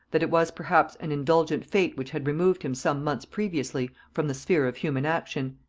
that it was perhaps an indulgent fate which had removed him some months previously from the sphere of human action.